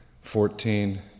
Fourteen